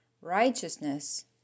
Righteousness